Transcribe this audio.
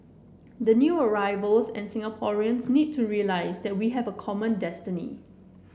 the new arrivals and Singaporeans need to realise that we have a common destiny